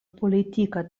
politika